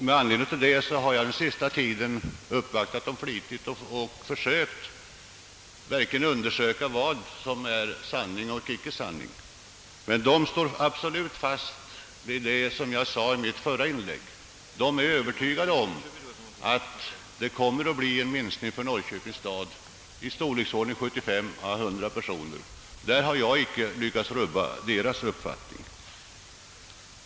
Med anledning av vad som sägs i utlåtandet har jag under den senaste tiden flitigt försökt undersöka vad som är sanning och icke sanning, men personalen står absolut fast vid och är över tygad om att det kommer att bli en minskning för Norrköpings stad i storleksordningen 75 eller 100 personer. Jag har inte lyckats rubba deras övertygelse på den punkten.